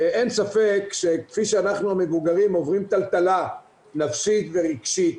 אין ספק שכפי שאנחנו המבוגרים עוברים טלטלה נפשית ורגשית,